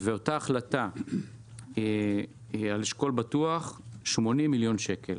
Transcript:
ואותה החלטה על אשכול בטוח 80 מיליון שקל.